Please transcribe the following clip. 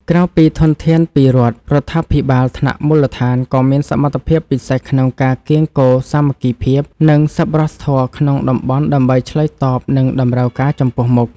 ក្រៅពីធនធានពីរដ្ឋ រដ្ឋាភិបាលថ្នាក់មូលដ្ឋានក៏មានសមត្ថភាពពិសេសក្នុងការកៀងគរសាមគ្គីភាព និងសប្បុរសធម៌ក្នុងតំបន់ដើម្បីឆ្លើយតបនឹងតម្រូវការចំពោះមុខ។